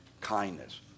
kindness